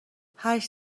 هشت